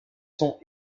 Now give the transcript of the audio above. sont